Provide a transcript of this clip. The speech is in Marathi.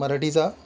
मराठीचा